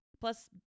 Plus